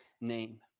name